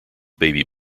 baby